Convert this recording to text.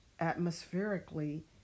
atmospherically